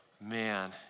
man